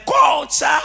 culture